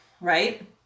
right